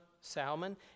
Salmon